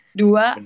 dua